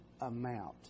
amount